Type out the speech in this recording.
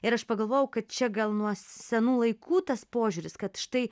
ir aš pagalvojau kad čia gal nuo senų laikų tas požiūris kad štai